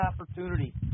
opportunity